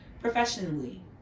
professionally